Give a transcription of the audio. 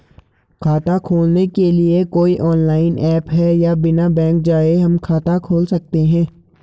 खाता खोलने के लिए कोई ऑनलाइन ऐप है बिना बैंक जाये हम खाता खोल सकते हैं?